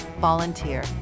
Volunteer